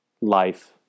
Life